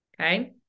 okay